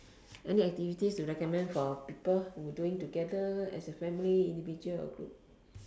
any activities to recommend to people who doing for individual family or group